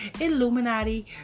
Illuminati